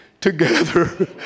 together